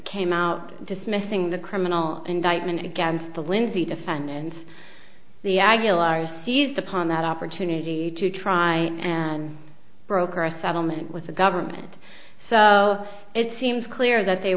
came out dismissing the criminal indictment against the lindsay defendants the aguilar's seized upon that opportunity to try and broker a settlement with the government so it seems clear that they